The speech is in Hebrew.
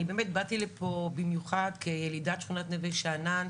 אני באמת באתי לפה במיוחד כילידת שכונת נווה שאנן,